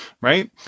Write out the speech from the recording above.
right